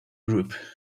group